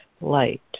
light